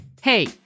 hey